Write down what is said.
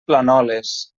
planoles